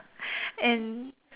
and